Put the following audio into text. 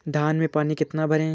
धान में पानी कितना भरें?